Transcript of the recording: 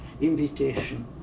invitation